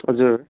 हजुर